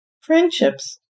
friendships